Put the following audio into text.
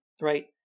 Right